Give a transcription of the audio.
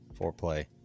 foreplay